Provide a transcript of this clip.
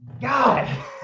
God